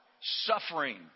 suffering